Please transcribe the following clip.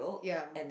ya